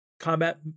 Combat